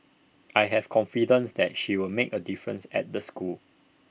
I have confidence that she'll make A difference at the school